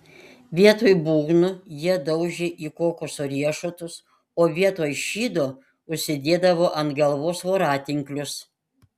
vietoj būgnų jie daužė į kokoso riešutus o vietoj šydo užsidėdavo ant galvos voratinklius